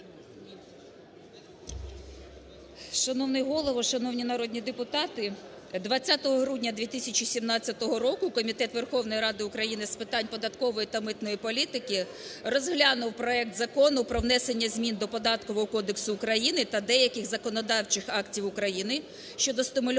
Шановний Голово, шановні народні депутати! 20 грудня 2017 року Комітет Верховної Ради України з питань податкової та митної політики розглянув проект Закону про внесення змін до Податкового кодексу України та деяких законодавчих актів України щодо стимулювання